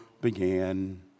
began